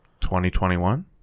2021